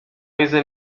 weasel